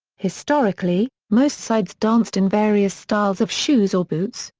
historically, most sides danced in various styles of shoes or boots,